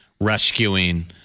rescuing